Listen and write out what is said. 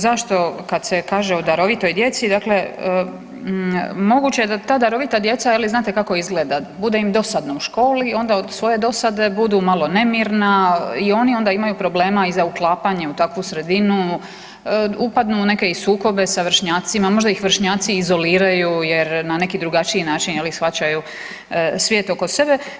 Zašto kada se kaže o darovitoj djeci, dakle moguće je da ta darovita djeca je li znate kako izgleda, bude im dosadno u školi i onda od svoje dosade budu malo nemirna i oni onda imaju problema i za uklapanjem u takvu sredinu, upadnu u neke i sukobe sa vršnjacima, možda ih vršnjaci izoliraju jer na neki drugačiji način shvaćaju svijet oko sebe.